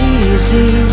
easy